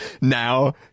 now